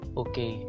okay